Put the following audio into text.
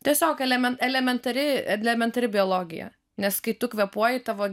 tiesiog elemen elementari elementari biologija nes kai tu kvėpuoji tavo